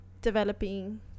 developing